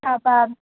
తపాం